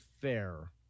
fair